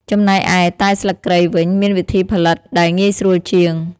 ចំណែកឯ តែស្លឹកគ្រៃ វិញ មានវិធីផលិតដែលងាយស្រួលជាង។